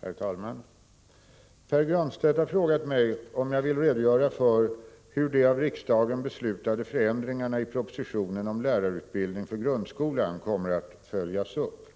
Herr talman! Pär Granstedt har frågat mig om jag vill redogöra för hur de av riksdagen beslutade förändringarna i propositionen om lärarutbildning för grundskolan kommer att följas upp.